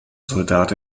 soldat